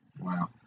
Wow